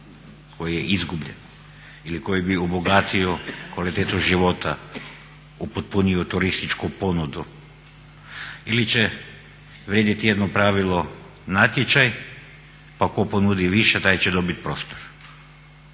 koji je izgubljen ili koji bi obogatio kvalitetu života, upotpunio turističku ponudu ili će vrijediti jedno pravilo natječaj pa tko ponudi više taj će dobiti prostor?